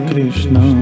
Krishna